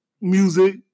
music